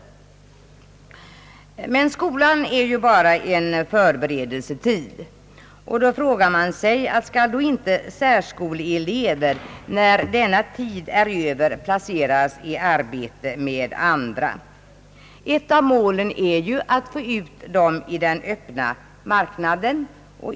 Men skolan är ju bara en förberedelsetid. Då frågar man sig: Skall inte särskoleelever när denna tid är över placeras i arbete med andra? Ett av målen är att få ut dem i den öppna marknaden.